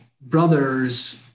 brothers